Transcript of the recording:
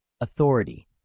Authority